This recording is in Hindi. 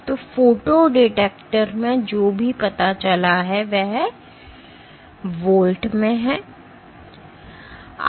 तो फोटो डिटेक्टर में जो भी पता चला है वह वोल्ट में है